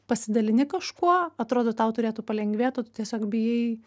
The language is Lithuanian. pasidalini kažkuo atrodo tau turėtų palengvėt o tu tiesiog bijai